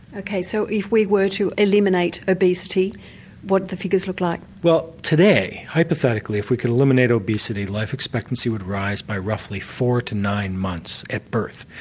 ok, so if we were to eliminate obesity what do the figures look like? well today, hypothetically, if we could eliminate obesity, life expectancy would rise by roughly four to nine months at birth.